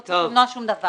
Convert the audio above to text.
לא צריך למנוע שום דבר.